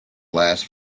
last